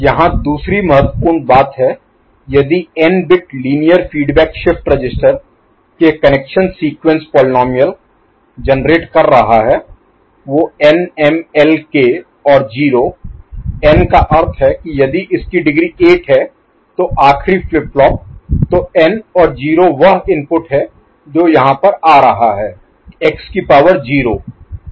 यहाँ दूसरी महत्वपूर्ण बात है यदि n bit linear feedback shift register के कनेक्शन सीक्वेंस जो प्रिमिटिव Primitive आदिम पोलीनोमिअल जेनेरेट कर रहा है वो n m l k और 0 n का अर्थ है कि यदि इसकी डिग्री 8 है तो आखरी फ्लिप फ्लॉप तो n और 0 वह इनपुट है जो यहाँ पर आ रहा है x की पावर 0